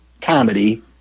comedy